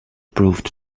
proved